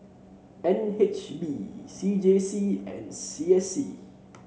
N H B C J C and C S C